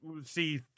See